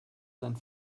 sein